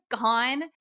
gone